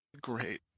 Great